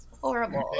horrible